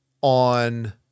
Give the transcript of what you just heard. on